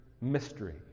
mystery